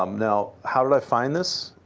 um now, how did i find this?